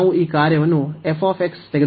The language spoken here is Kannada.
ನಾವು ಈ ಕಾರ್ಯವನ್ನು f ತೆಗೆದುಕೊಳ್ಳುತ್ತೇವೆ